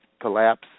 collapse